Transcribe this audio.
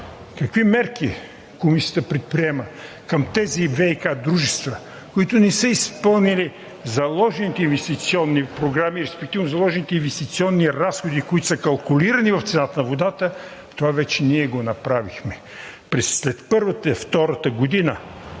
какви мерки Комисията предприема към тези ВиК дружества, които не са изпълнили заложените инвестиционни програми, респективно заложените инвестиционни разходи, които са калкулирани в цената на водата, това вече ние го направихме. След първата и втората година